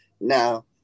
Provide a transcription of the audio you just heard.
Now